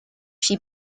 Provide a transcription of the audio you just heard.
she